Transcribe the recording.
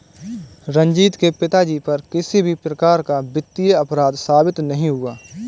रंजीत के पिताजी पर किसी भी प्रकार का वित्तीय अपराध साबित नहीं हुआ